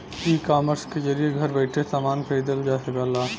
ecommerce के जरिये घर बैइठे समान खरीदल जा सकला